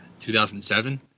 2007